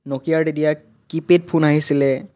নকিয়াৰ তেতিয়া keypad phone আহিছিলে